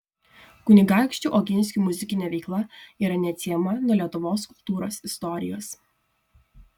kunigaikščių oginskių muzikinė veikla yra neatsiejama nuo lietuvos kultūros istorijos